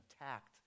attacked